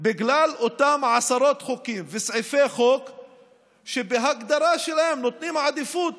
בגלל אותם עשרות חוקים וסעיפי חוק שבהגדרה שלהם נותנים עדיפות